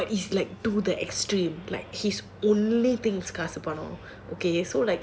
no but is like to the extreme like his only things is காசு பணம்:kaasu panam so like